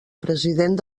president